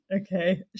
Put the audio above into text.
Okay